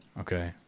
okay